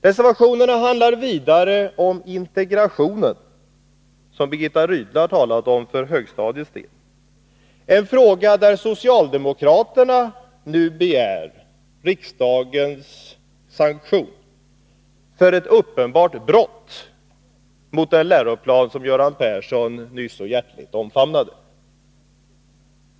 Reservationerna handlar vidare om integrationen, som Birgitta Rydle har talat om för högstadiets del, en fråga där socialdemokraterna nu begär riksdagens sanktion för ett uppenbart brott mot den läroplan som Göran Persson nyss så hjärtligt omfamnade.